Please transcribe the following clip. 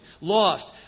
lost